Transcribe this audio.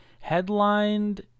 headlined